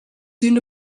soon